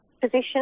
position